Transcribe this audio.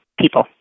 people